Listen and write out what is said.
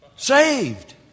Saved